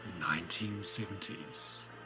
1970s